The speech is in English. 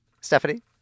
Stephanie